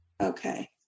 Okay